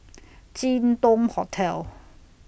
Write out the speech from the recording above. Jin Dong Hotel